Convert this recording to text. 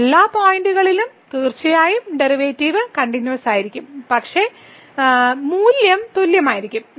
മറ്റെല്ലാ പോയിന്റുകളിലും തീർച്ചയായും ഡെറിവേറ്റീവുകൾ കണ്ടിന്യൂവസ്സായിരിക്കും മൂല്യം തുല്യമായിരിക്കും